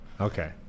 Okay